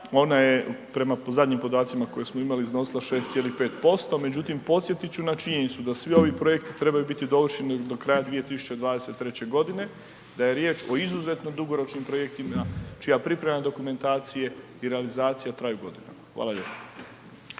ona je prema zadnjim podacima koje smo imali iznosila 6.5%. Međutim, podsjetit ću na činjenicu da svi ovi projekti trebaju biti dovršeni do kraja 2023.g., da je riječ o izuzetno dugoročnim projektima čija priprema dokumentacije i realizacija traju godinama. Hvala lijepa.